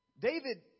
David